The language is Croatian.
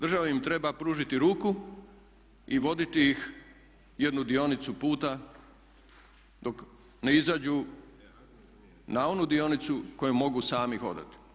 Država im treba pružiti ruku i voditi ih jednu dionicu puta dok ne izađu na onu dionicu koju mogu sami hodati.